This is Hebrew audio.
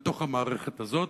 בתוך המערכת הזאת,